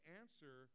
answer